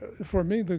for me but